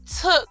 took